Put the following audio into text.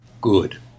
Good